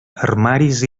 armaris